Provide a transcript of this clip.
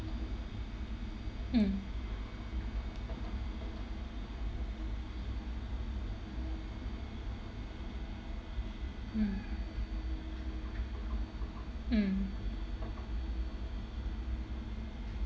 mm mm mm